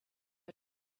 are